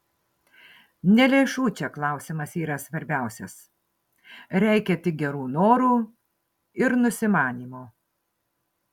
ne lėšų čia klausimas yra svarbiausias reikia tik gerų norų ir nusimanymo